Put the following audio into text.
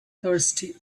thirsty